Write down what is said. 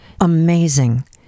amazing